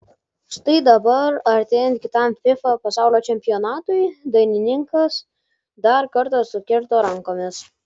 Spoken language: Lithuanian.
štai dabar artėjant kitam fifa pasaulio čempionatui dainininkas dar kartą sukirto rankomis